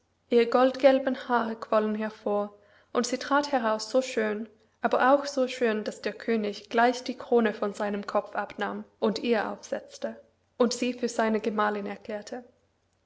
ihre goldgelben haare quollen hervor und sie trat heraus so schön aber auch so schön daß der könig gleich die krone von seinem kopf abnahm und ihr aufsetzte und sie für seine gemahlin erklärte